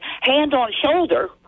hand-on-shoulder